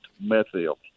methyl